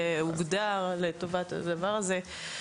שהוגדר לטובת הדבר הזה.